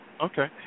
Okay